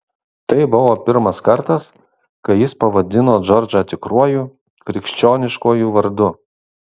tai buvo pirmas kartas kai jis pavadino džordžą tikruoju krikščioniškuoju vardu